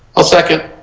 ah second